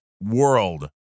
world